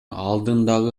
алдындагы